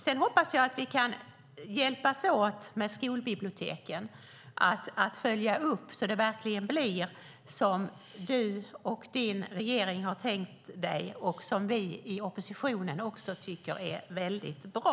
Sedan hoppas jag att vi kan hjälpas åt med att följa upp skolbiblioteken så att de verkligen blir som du och din regering har tänkt dig och som vi i oppositionen tycker är bra.